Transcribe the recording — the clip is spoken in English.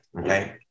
Okay